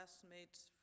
classmates